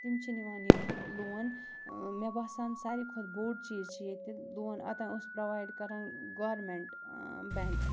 تِم چھِ نِوان یِم لون مےٚ باسان ساروے کھۄتہٕ بوٚڑ چیٖز چھِ ییٚتہِ لون اوٚتام اوس پرٛووایڈ کَران گورمٮ۪نٛٹ بٮ۪نٛک